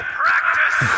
practice